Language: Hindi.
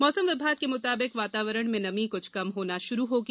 मौसम विभाग के मुताबिक वातावरण में नमी कुछ कम होना शुरू होगी